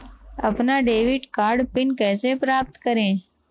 अपना debit card PIN कैसे प्राप्त करें?